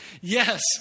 Yes